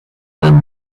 and